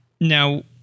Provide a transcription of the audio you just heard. Now